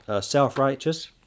Self-righteous